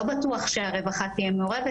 שלא בטוח שהרווחה שתהיה מעורבת,